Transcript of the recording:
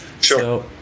Sure